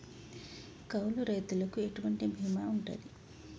కౌలు రైతులకు ఎటువంటి బీమా ఉంటది?